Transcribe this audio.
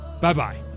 Bye-bye